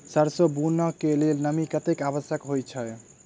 सैरसो बुनय कऽ लेल नमी कतेक आवश्यक होइ छै?